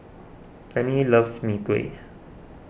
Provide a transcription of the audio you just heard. Fanny loves Mee Kuah